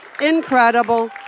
incredible